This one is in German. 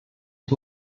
ich